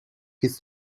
his